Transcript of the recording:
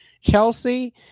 Chelsea